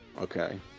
Okay